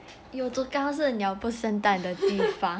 yio chu kang 是鸟不生蛋的地方